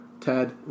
Ted